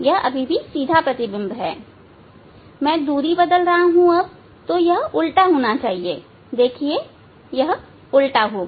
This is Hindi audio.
यह सीधा प्रतिबिंब है अब मैं दूरी बदल रहा हूं अब यह उल्टा होना चाहिए यह उल्टा हो गया